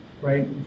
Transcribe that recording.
right